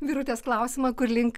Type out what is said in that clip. birutės klausimą kur link